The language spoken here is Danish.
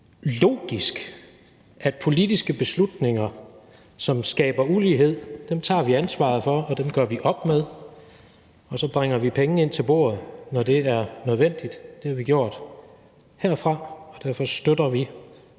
er det logisk, at politiske beslutninger, som skaber ulighed, tager vi ansvaret for og gør vi op med. Og så bringer vi penge med ind til bordet, når det er nødvendigt; det har vi gjort herfra. Derfor støtter vi